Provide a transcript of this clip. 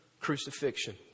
crucifixion